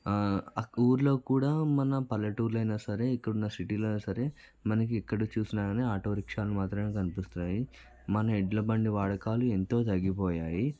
ఆ ఊళ్ళో కూడా మన పల్లెటూళ్ళు అయినా సరే ఇక్కడ ఉన్న సిటీలో అయినా సరే మనకి ఎక్కడ చూసినా కానీ ఆటో రిక్షాలు మాత్రమే కనిపిస్తాయి మన ఎడ్ల బండి వాడకాలు ఎంతో తగ్గిపోయాయి